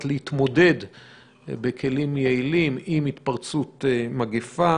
להתמודד בכלים יעילים עם התפרצות מגפה,